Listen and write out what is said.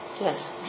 Yes